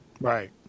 Right